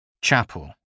Chapel